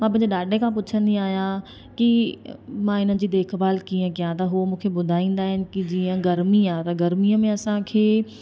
मां पंहिंजे ॾाॾे खां पुछंदी आहियां कि मां इन जी देखभालु कीअं कयां त उहे मूंखे ॿुधाईंदा आहिनि की जीअं गर्मी आहे त गर्मीअ में असांखे